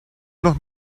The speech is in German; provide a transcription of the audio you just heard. noch